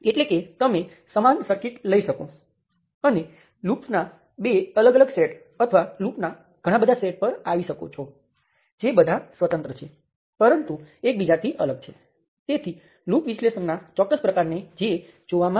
હવે હું ફરીથી ભાર આપીશ એવું નથી કે કંટ્રોલિંગ વોલ્ટેજ બીજે ક્યાંય હોય ચાલો કહીએ કે કરંટ સ્ત્રોતમાં તમે સર્કિટનું વિશ્લેષણ કરી શકતા નથી તમે ચોક્કસપણે કરી શકો છો